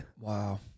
Wow